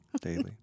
Daily